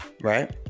right